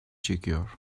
çekiyor